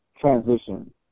transition